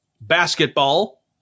basketball